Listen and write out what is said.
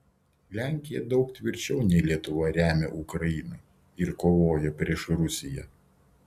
lenkija daug tvirčiau nei lietuva remia ukrainą ir kovoja prieš rusiją